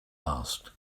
asked